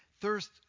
thirst